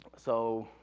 so,